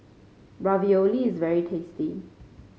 ravioli is very tasty